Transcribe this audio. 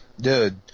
dude